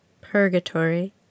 purgatory